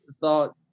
thought